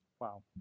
Wow